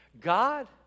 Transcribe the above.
God